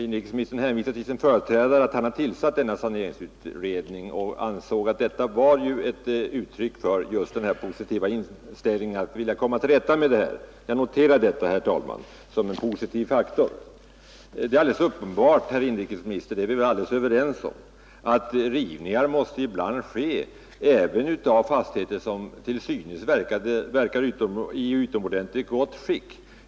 Inrikesministern hänvisade till att hans företrädare har tillsatt saneringsutredningen och ansåg att detta var ett uttryck för den klara inställningen att vilja komma till rätta med förhållandena. Jag noterar också detta som en positiv faktor. Det är alldeles uppenbart, det är vi helt överens om, att rivningar ibland måste ske även av fastigheter som till synes är i gott skick.